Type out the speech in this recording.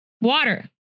Water